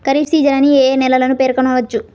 Kharif season అని ఏ ఏ నెలలను పేర్కొనవచ్చు?